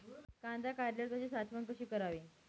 कांदा काढल्यावर त्याची साठवण कशी करावी?